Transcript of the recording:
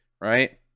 right